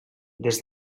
des